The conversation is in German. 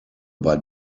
bei